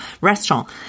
restaurant